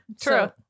True